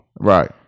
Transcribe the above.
Right